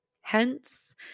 Hence